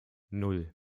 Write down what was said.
nan